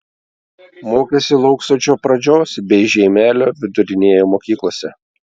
mokėsi lauksodžio pradžios bei žeimelio vidurinėje mokyklose